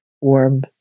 warm